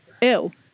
ill